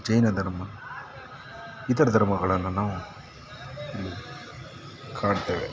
ಜೈನ ಧರ್ಮ ಇತರ ಧರ್ಮಗಳನ್ನ ನಾವು ಇಲ್ಲಿ ಕಾಣ್ತೇವೆ